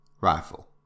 Rifle